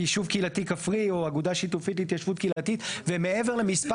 כיישוב קהילתי כפרי או אגודה שיתופית להתיישבות קהילתית ומעבר למספר